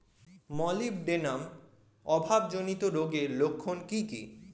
Molybdenum অভাবজনিত রোগের লক্ষণ কি কি?